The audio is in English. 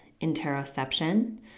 interoception